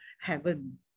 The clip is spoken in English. heaven